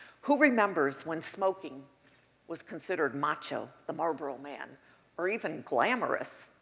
who remembers when smoking was considered macho the marlboro man or even glamorous,